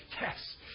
yes